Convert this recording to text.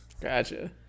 gotcha